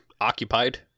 occupied